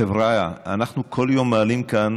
חבריא, אנחנו כל יום מעלים כאן